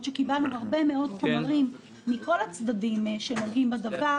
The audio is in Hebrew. שקיבלנו הרבה מאוד חומרים מכל הצדדים שנוגעים בדבר,